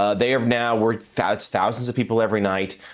ah they are now where thousand thousand us of people every night,